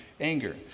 anger